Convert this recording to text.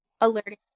alerting